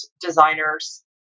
designers